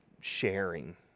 sharing